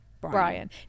Brian